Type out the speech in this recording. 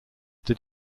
did